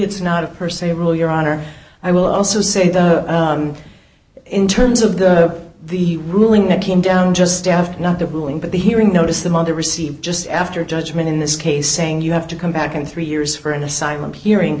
it's not a per se rule your honor i will also say that in terms of the the ruling that came down just i have not the ruling but the hearing notice the mother received just after judgment in this case saying you have to come back in three years for an asylum hearing